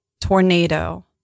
Tornado